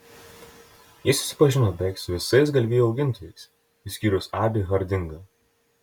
ji susipažino beveik su visais galvijų augintojais išskyrus abį hardingą